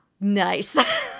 nice